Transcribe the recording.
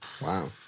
Wow